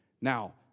Now